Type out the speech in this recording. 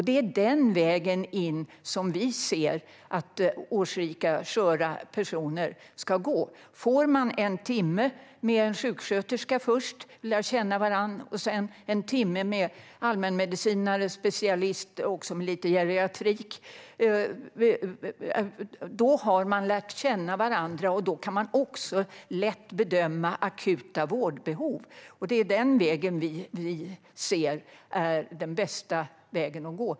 Det är den vägen in som vi ser att årsrika, sköra personer ska gå. Om man först får en timme med en sjuksköterska och sedan en timme med en allmänmedicinare med lite specialistkunskaper i geriatrik har man lärt känna varandra, och då går det också lätt att bedöma akuta vårdbehov. Det är den vägen vi ser är den bästa vägen att gå.